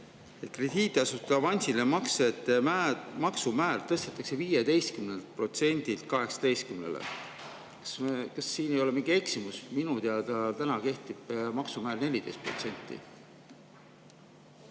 avansiliste maksete maksumäär tõstetakse 15%‑lt 18%‑le. Kas siin ei ole mingi eksimus? Minu teada täna kehtib maksumäär 14%.